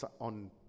on